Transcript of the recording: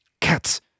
Cats